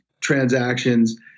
transactions